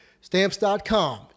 Stamps.com